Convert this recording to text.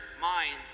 mind